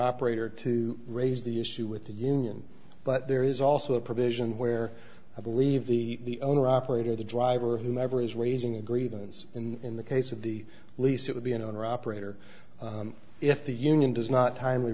operator to raise the issue with the union but there is also a provision where i believe the owner operator the driver or whomever is raising a grievance in the case of the lease it will be an owner operator if the union does not timely